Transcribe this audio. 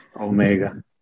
Omega